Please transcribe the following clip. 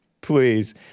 please